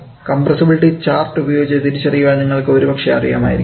compressibility chart ഉപയോഗിച്ച് തിരിച്ചറിയുവാൻ നിങ്ങൾക്ക് ഒരുപക്ഷേ അറിയാമായിരിക്കും